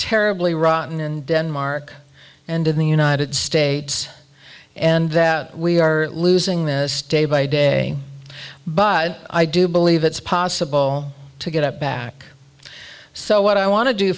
terribly rotten in denmark and in the united states and that we are losing this day by day but i do believe it's possible to get up back so what i want to do